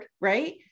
right